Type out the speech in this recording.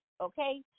okay